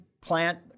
plant